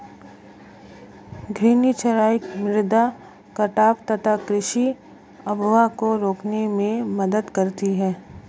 घूर्णी चराई मृदा कटाव तथा कृषि अपवाह को रोकने में मदद करती है